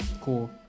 cool